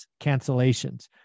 cancellations